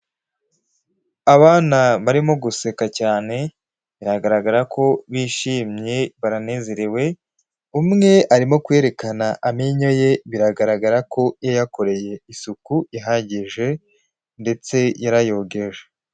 Abana barimo guseka cyane, biragaragara ko bishimye baranezerewe, umwe arimo kwerekana amenyo ye biragaragara ko yayakoreye isuku ihagije ndetse yarayogeje.